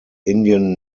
indian